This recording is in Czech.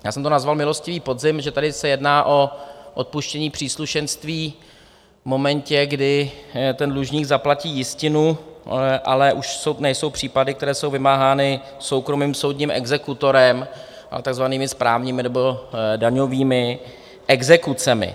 já jsem to nazval milostivý podzim že tady se jedná o odpuštění příslušenství v momentě, kdy ten dlužník zaplatí jistinu, ale už nejsou případy, které jsou vymáhány soukromým soudním exekutorem a takzvanými správními nebo daňovými exekucemi.